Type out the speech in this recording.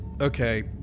okay